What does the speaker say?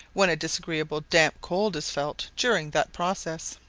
when a disagreeable damp cold is felt during that process.